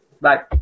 Bye